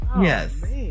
Yes